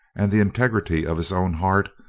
and the integrity of his own heart,